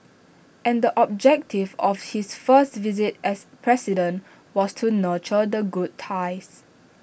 and the objective of his first visit as president was to nurture the good ties